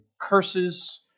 curses